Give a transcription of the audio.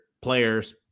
players